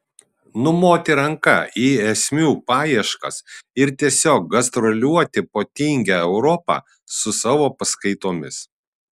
numoti ranka į esmių paieškas ir tiesiog gastroliuoti po tingią europą su savo paskaitomis